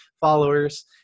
followers